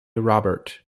robert